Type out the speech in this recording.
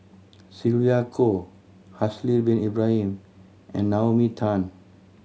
Sylvia Kho Haslir Bin Ibrahim and Naomi Tan